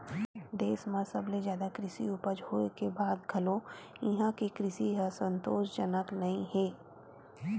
देस म सबले जादा कृषि उपज होए के बाद घलो इहां के कृषि ह संतासजनक नइ हे